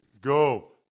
go